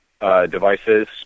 devices